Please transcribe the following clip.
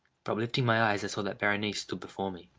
but, uplifting my eyes, i saw that berenice stood before me.